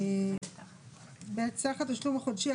בוא נסתמך על נתונים.